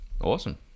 Awesome